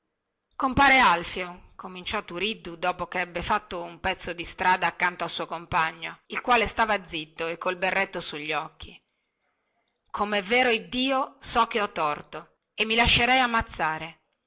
compare alfio cominciò turiddu dopo che ebbe fatto un pezzo di strada accanto al suo compagno il quale stava zitto e col berretto sugli occhi come è vero iddio so che ho torto e mi lascierei ammazzare